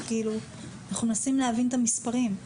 אנחנו מנסים להבין את המספרים.